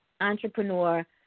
entrepreneur